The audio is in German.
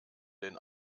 den